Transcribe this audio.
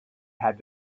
had